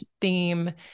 theme